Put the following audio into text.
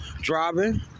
driving